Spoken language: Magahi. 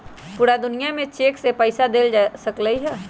पूरा दुनिया में चेक से पईसा देल जा सकलई ह